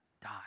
die